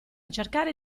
cercare